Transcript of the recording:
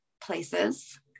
places